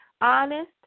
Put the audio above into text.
honest